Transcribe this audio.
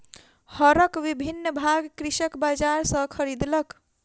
हरक विभिन्न भाग कृषक बजार सॅ खरीदलक